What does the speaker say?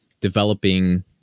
developing